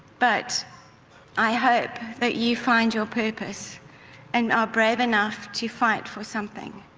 but i hope that you find your purpose and are brave enough to fight for something.